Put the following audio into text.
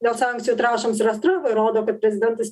dėl sankcijų trąšoms ir astravoj rodo kad prezidentas